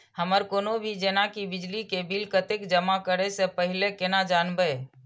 हमर कोनो भी जेना की बिजली के बिल कतैक जमा करे से पहीले केना जानबै?